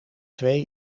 twee